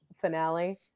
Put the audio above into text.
finale